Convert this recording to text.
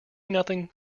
nothing